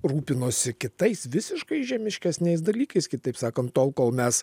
rūpinosi kitais visiškai žemiškesniais dalykais kitaip sakant tol kol mes